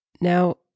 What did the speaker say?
Now